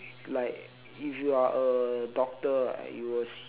like if you are a doctor I you will see